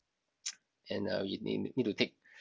and uh we need need to take